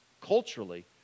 culturally